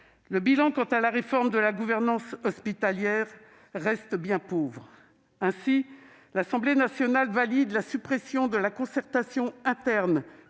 Le bilan de la réforme de la gouvernance hospitalière reste bien pauvre. Ainsi, l'Assemblée nationale valide la suppression de la concertation interne